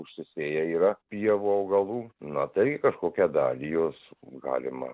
užsisėja yra pievų augalų na tai kažkokią dalį jos galima